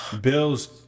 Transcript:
Bill's